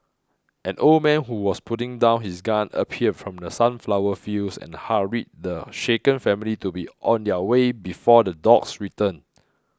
an old man who was putting down his gun appeared from the sunflower fields and hurried the shaken family to be on their way before the dogs return